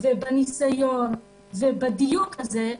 בניסיון ובדיוק הזה,